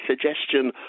suggestion